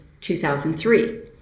2003